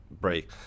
break